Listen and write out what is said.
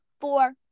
four